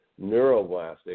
neuroblastic